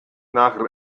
nach